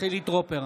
חילי טרופר,